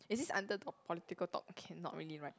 is this under the political talk okay not really right